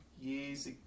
years